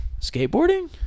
skateboarding